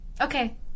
okay